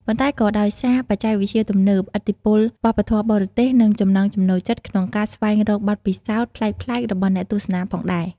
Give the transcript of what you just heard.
ប៉ុន្តែក៏ដោយសារបច្ចេកវិទ្យាទំនើប ឥទ្ធិពលវប្បធម៌បរទេស និងចំណង់ចំណូលចិត្តក្នុងការស្វែងរកបទពិសោធន៍ប្លែកៗរបស់អ្នកទស្សនាផងដែរ។